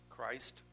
Christ